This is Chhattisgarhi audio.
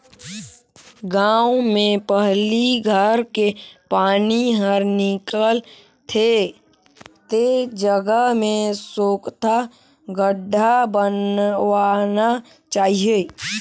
गांव में पहली घर के पानी हर निकल थे ते जगह में सोख्ता गड्ढ़ा बनवाना चाहिए